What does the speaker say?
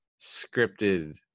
scripted